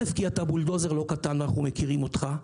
אל"ף כי אתה בולדוזר לא קטן ואנו מכירים אותך.